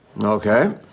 Okay